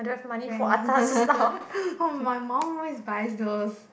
brand oh my mum always buys those